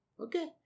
Okay